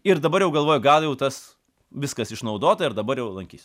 ir dabar jau galvoju gal jau tas viskas išnaudota ir dabar jau lankysiu